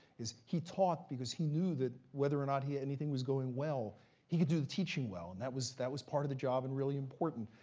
is he taught because he knew that, whether or not anything was going well, he could do the teaching well, and that was that was part of the job and really important.